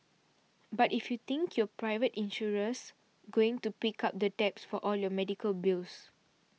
but if you think your private insurer's going to pick up the tabs for all your medical bills